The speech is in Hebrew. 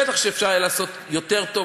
בטח שאפשר היה לעשות יותר טוב,